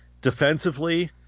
Defensively